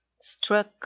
struck